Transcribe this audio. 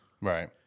Right